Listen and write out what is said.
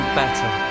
better